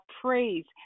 praise